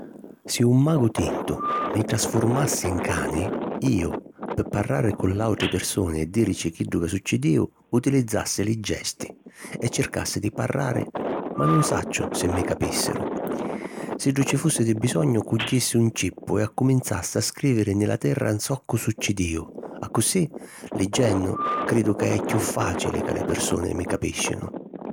Si un magu tintu mi trasfurmassi in cani, iu, pi parrari cu l'àutri pirsuni e dìrici chiddu chi succidìu, utilizzassi li gesti e circassi di parrari ma nun sacciu si mi capìssiru. Siddu ci fussi di bisognu, cugghissi un cippu e accuminzassi a scrìviri nni la terra zoccu succidìu accussì liggennu cridu ca è chiù fàcili ca li pirsuni mi capìscinu.